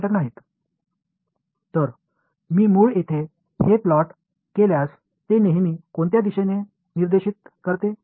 இப்பொழுது இதை நான் மூலத்தின் மீது பிளாட் செய்தால் அது எப்போதும் ரேடிகலி வெளிப்புற திசையை சுட்டிக்காட்டும்